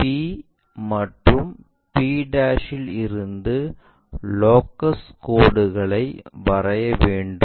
p மற்றும் p இல் இருந்து லோட்டஸ் கோடுகள் வரைய வேண்டும்